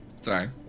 Sorry